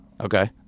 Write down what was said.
Okay